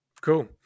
Cool